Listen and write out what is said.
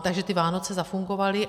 Takže ty Vánoce zafungovaly.